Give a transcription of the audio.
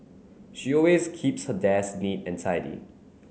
she always keeps her desk neat and tidy